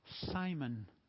Simon